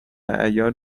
عیار